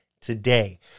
today